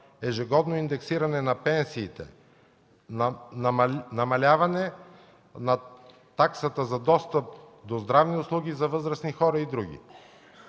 ежегодно индексиране на пенсиите, намаляване на таксата за достъп до здравни услуги за възрастни хора и други.